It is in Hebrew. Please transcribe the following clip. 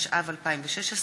התשע"ו 2016,